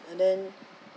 and then